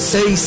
Say